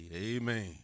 Amen